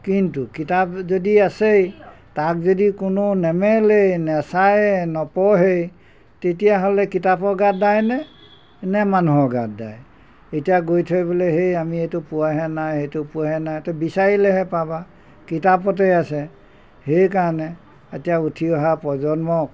কিন্তু কিতাপ যদি আছেই তাক যদি কোনো নেমেলেই নাচায় নপঢ়েই তেতিয়াহ'লে কিতাপৰ গাত দায়নে নে মানুহৰ গাত দায় এতিয়া গৈ থৈ পেলাই সেই আমি এইটো পোৱাহে নাই সেইটো পোৱাহে নাই তে বিচাৰিলেহে পাবা কিতাপতে আছে সেইকাৰণে এতিয়া উঠি অহা প্ৰজন্মক